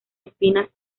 espinas